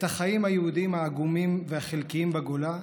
את החיים היהודיים העגומים והחלקיים בגולה,